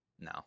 No